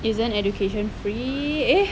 isn't education free eh